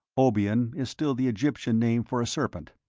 obion is still the egyptian name for a serpent.